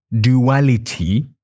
duality